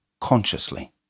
consciously